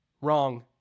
wrong